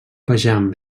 vejam